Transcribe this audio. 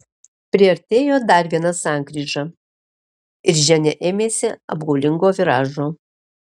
priartėjo dar viena sankryža ir ženia ėmėsi apgaulingo viražo